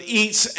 eats